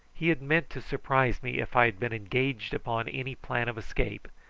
he had meant to surprise me if i had been engaged upon any plan of escape,